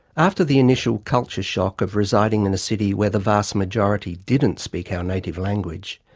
after the initial culture-shock of residing in a city where the vast majority didn't speak our native language,